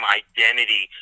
identity